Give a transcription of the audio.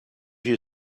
you